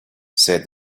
said